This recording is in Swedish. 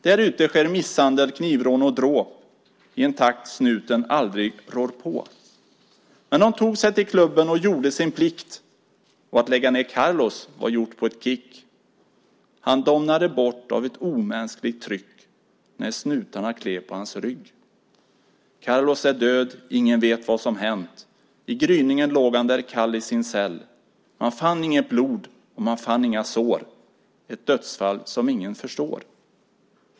Därute sker misshandel, knivrån och dråp i en takt snuten aldrig rår på. Men dom tog sej till klubben och gjorde sin plikt; Och att lägga ner Carlos var gjort på ett kick. Han domnade bort av ett omänskligt tryck när snutarna klev på hans rygg. Carlos är död, ingen vet vad som hänt. I gryningen låg han där kall i sin cell. Man fann inget blod och man fann inga sår; Ett dödsfall som ingen förstår.